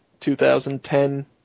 2010